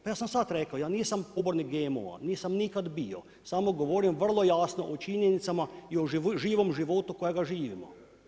Pa ja sam sad rekao, ja nisam pobornik GMO-a, nisam nikad bio, samo govorim vrlo jasno o činjenicama i o živom životu kojega živimo.